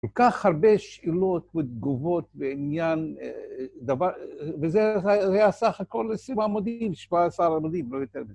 כל כך הרבה שאלות ותגובות בעניין דבר, וזה היה סך הכל 20 עמודים, 17 עמודים, לא יותר.